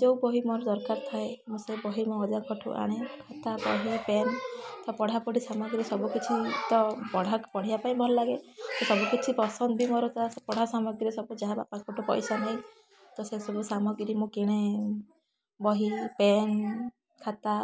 ଯେଉଁ ବହି ମୋର ଦରକାର ଥାଏ ମୋର ସେ ବହି ମୁଁ ଅଜାଙ୍କଠୁ ଆଣେ ତା'ପରେ ପେନ୍ ପଢ଼ା ପଢ଼ି ସାମଗ୍ରୀ ସବୁ କିଛି ତ ପଢ଼ିବା ପାଇଁ ଭଲ ଲାଗେ ସବୁ କିଛି ପସନ୍ଦ ବି ମୋର ପଢ଼ା ସାମଗ୍ରୀ ସବୁ ଯାହା ବାପାଙ୍କଠୁ ପଇସା ନେଇ ତ ସେ ସବୁ ସାମଗ୍ରୀ କିଣେ ବହି ପେନ୍ ଖାତା